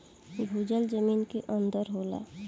भूजल जमीन के अंदर होला